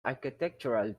architectural